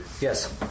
yes